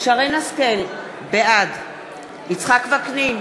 שרן השכל, בעד יצחק וקנין,